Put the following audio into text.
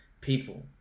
people